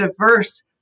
diverse